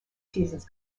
seasons